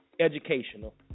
educational